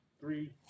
three